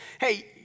hey